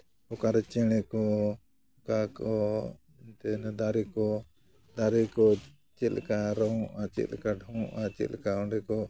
ᱚᱠᱟᱨᱮ ᱪᱮᱬᱮ ᱠᱚ ᱚᱠᱟ ᱠᱚ ᱮᱱᱛᱮᱫ ᱫᱟᱨᱮ ᱠᱚ ᱫᱟᱨᱚ ᱠᱚ ᱪᱮᱫᱞᱮᱠᱟ ᱨᱚᱝᱚᱜᱼᱟ ᱪᱮᱫᱞᱮᱠᱟ ᱰᱚᱝᱚᱜᱼᱟ ᱪᱮᱫᱞᱮᱠᱟ ᱚᱸᱰᱮ ᱠᱚ